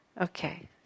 Okay